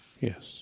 Yes